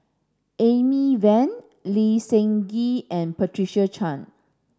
Amy Van Lee Seng Gee and Patricia Chan